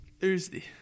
Thursday